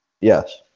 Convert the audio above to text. Yes